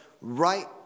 right